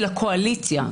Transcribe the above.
של הקואליציה,